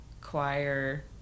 choir